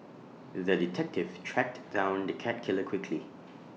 the detective tracked down the cat killer quickly